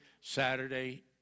Saturday